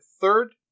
third